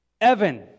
Evan